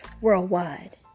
worldwide